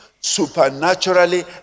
supernaturally